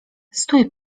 stój